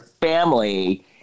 family